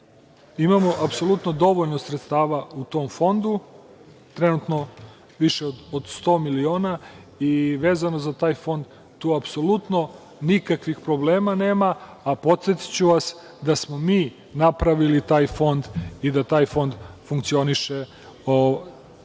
apsolutno dovoljno sredstava u tom fondu, trenutno više od 100 miliona. Vezano za taj fond, tu apsolutno nikakvih problema nema, a podsetiću vas da smo mi napravili taj fond i da taj fond funkcioniše otkada